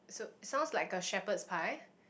sounds like a shepherd's pie